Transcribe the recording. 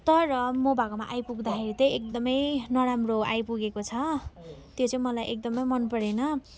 तर म भएकोमा आइपुग्दाखेरि चाहिँ एकदमै नराम्रो आइपुगेको छ त्यो चाहिँ मलाई एकदमै मन परेन अनि